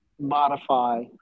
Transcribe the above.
modify